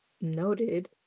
noted